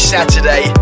Saturday